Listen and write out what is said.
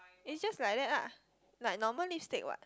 is just like that lah like normal lipstick what